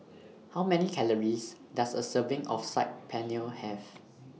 How Many Calories Does A Serving of Saag Paneer Have